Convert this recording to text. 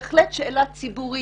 היא בהחלט שאלה ציבורית.